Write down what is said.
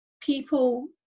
people